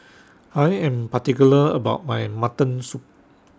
I Am particular about My Mutton Soup